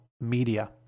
media